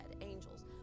angels